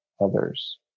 others